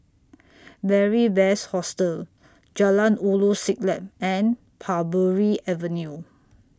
Beary Best Hostel Jalan Ulu Siglap and Parbury Avenue